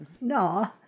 No